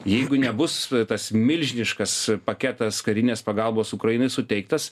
jeigu nebus tas milžiniškas paketas karinės pagalbos ukrainai suteiktas